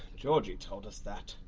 georgie told us that.